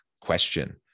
question